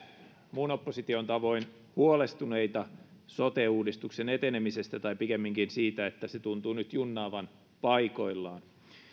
muun opposition tavoin huolestuneita sote uudistuksen etenemisestä tai pikemminkin siitä että se tuntuu nyt junnaavan paikoillaan